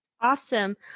Awesome